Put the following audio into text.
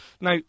Now